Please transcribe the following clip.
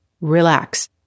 relax